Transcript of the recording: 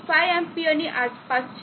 5 amps ની આસપાસ છે